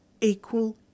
equal